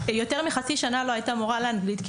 יותר מחצי שנה לא הייתה מורה לאנגלית כי